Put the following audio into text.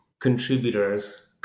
contributors